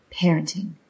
parenting